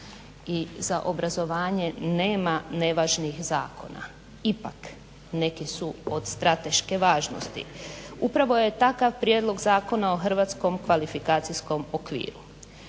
i za obrazovanje nema nevažnih zakona. Ipak neki su od strateške važnosti. Upravo je takav Prijedlog zakona o hrvatskom kvalifikacijskom okviru.